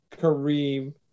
Kareem